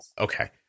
Okay